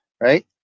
Right